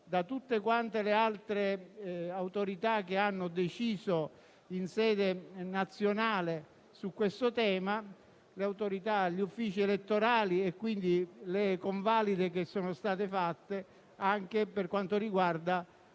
da tutte le altre autorità che hanno deciso a livello nazionale su questo tema, dagli uffici elettorali e dalle convalide che sono state fatte, anche per quanto riguarda